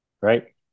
Right